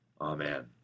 Amen